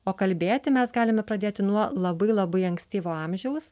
o kalbėti mes galime pradėti nuo labai labai ankstyvo amžiaus